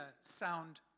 sound